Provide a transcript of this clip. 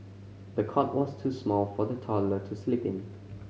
the cot was too small for the toddler to sleep in